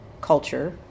culture